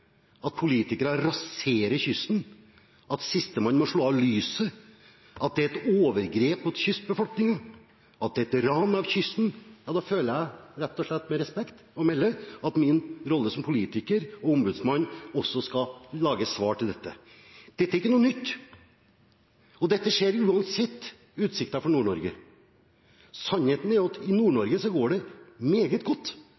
at politikere raserer kysten, at sistemann må slå av lyset, at det er et overgrep mot kystbefolkningen, at det er et ran av kysten, føler jeg rett og slett med respekt å melde at min rolle som politiker og ombudsmann også er å lage svar til dette. Dette er ikke noe nytt, og dette skjer uansett utsiktene for Nord-Norge. Sannheten er at i Nord-Norge går det meget godt,